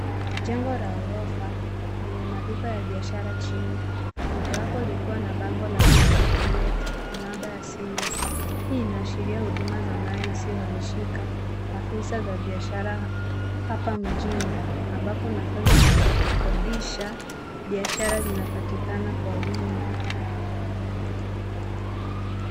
Jengo la ghorofa lenye maduka ya biashara chini, mmojawapo likiwa na bango la bookshop to let na namba ya simu. Hii inaashiria huduma ya mali isiyohamishika na fursa za biashara hapa mjini ambapo nafasi za kukodisha biashara zinapatikana kwa wingi.